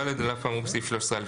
(ד) על אף האמור בסעיף 13א(ג)(4),